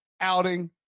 outing